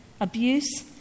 abuse